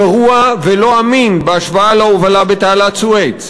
גרוע ולא אמין בהשוואה להובלה בתעלת סואץ.